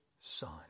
Son